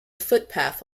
footpath